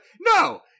No